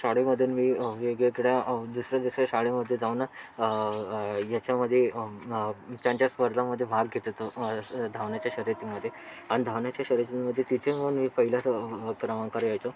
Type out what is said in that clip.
शाळेमधून मी वेगवेगळ्या दुसऱ्या दुसऱ्या शाळेमध्ये जाऊन ह्याच्यामध्ये त्यांच्या स्पर्धामध्ये भाग घेत होतो धावण्याच्या शर्यतीमध्ये आणि धावण्याच्या शर्यतीमध्ये तिथे पण मी पहिलाच क्रमांकावर यायचो